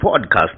podcast